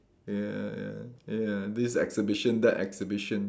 ya ya ya ya this exhibition that exhibition